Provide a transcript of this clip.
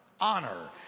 honor